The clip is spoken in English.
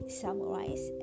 summarize